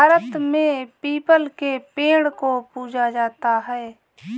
भारत में पीपल के पेड़ को पूजा जाता है